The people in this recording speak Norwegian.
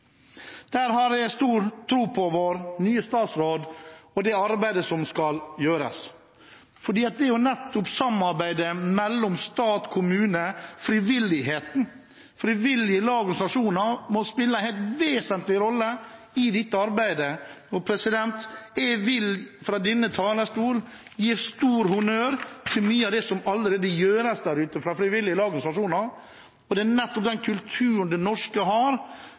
Her har jeg stor tro på vår nye statsråd og det arbeidet som skal gjøres, for det handler nettopp om samarbeidet mellom stat, kommune og frivilligheten. Frivillige lag og organisasjoner må spille en helt vesentlig rolle i dette arbeidet, og jeg vil fra denne talerstolen gi stor honnør til mye av det som allerede gjøres der ute av frivillige lag og organisasjoner. Det er nettopp den kulturen som det norske samfunnet har